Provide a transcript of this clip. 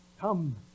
Come